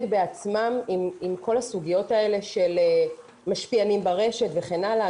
בעצמם עם כל הסוגיות האלה של משפיענים ברשת וכן הלאה.